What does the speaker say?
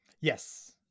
yes